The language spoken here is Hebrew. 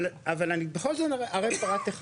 אבל, אני בכל זאת אערב פרט אחד,